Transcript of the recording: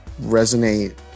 resonate